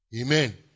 Amen